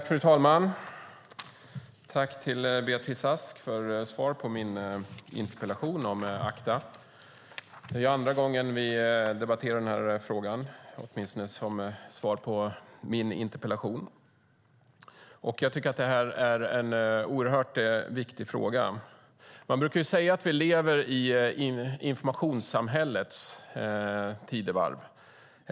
Fru talman! Tack, Beatrice Ask, för svaret på min interpellation om ACTA! Det är andra gången vi debatterar den här frågan, åtminstone som svar på en interpellation från mig. Jag tycker att det här är en oerhört viktig fråga. Man brukar säga att vi lever i informationssamhällets tidevarv.